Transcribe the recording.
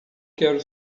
quero